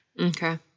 Okay